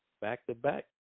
Back-to-back